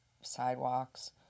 sidewalks